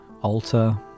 alter